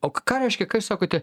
o ką reiškia ką jūs sakote